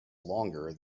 longer